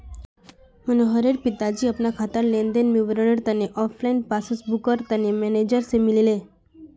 मनोहरेर पिताजी अपना खातार लेन देनेर विवरनेर तने ऑनलाइन पस्स्बूकर तने मेनेजर से मिलले